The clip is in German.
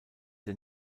der